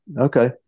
Okay